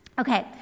Okay